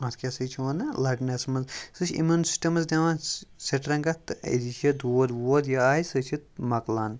اَتھ کیٛاہ سا چھِ وَنان لَگنَس منٛز سُہ چھِ اِمیوٗن سِسٹَمَس دِوان سٕٹرٛٮ۪نٛگٕتھ تہٕ أتی چھِ دود وود یہِ آسہِ سُہ چھِ مۄکلان